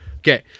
Okay